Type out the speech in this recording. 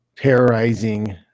Terrorizing